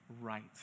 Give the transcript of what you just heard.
right